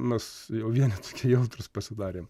mes jau vieni tokie jautrūs pasidarėm